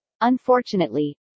unfortunately